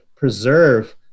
preserve